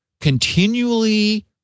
continually